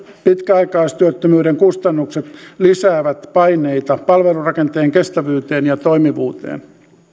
pitkäaikaistyöttömyyden kustannukset lisäävät paineita palvelurakenteen kestävyyteen ja toimivuuteen